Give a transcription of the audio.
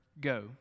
Go